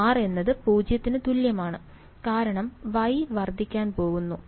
r എന്നത് 0 ന് തുല്യമാണ് കാരണം Y വർദ്ധിക്കാൻ പോകുന്നു